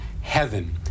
heaven